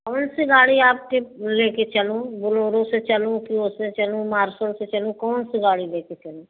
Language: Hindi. कौनसी गाड़ी आपके लेके चलूँ बोलोरो से चलूँ कि उससे चलूँ मार्शोेेेेेेेेेेेेेेेेेेेेेेेेेेेेेेेेेेेेेेेेेेेेेेे से चलूँ कौनसी गाड़ी लेके चलूँ